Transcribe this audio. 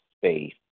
space